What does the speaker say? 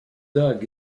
dog